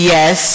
Yes